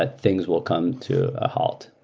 ah things will come to a halt,